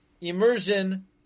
Immersion